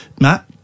Matt